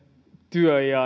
työ